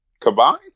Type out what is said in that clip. Combined